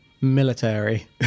Military